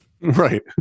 Right